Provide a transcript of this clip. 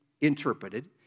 interpreted